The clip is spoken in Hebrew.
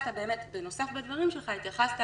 בנוסף בדברים שלך, התייחסת